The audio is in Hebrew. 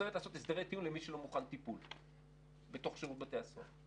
לעשות הסדרי טיעון למי שלא מוכן לעבור טיפול בתוך שירות בתי הסוהר.